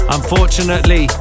Unfortunately